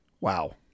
wow